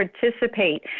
participate